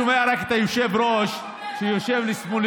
אני שומע רק את היושב-ראש שיושב לשמאלי,